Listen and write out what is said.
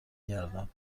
گردم